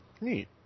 Neat